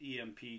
EMP